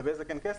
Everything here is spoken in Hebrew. לבזק אין כסף?